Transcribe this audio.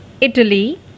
Italy